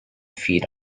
feed